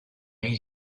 made